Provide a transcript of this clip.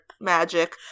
magic